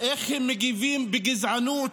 איך הם מגיבים בגזענות,